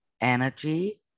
energy